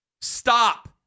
Stop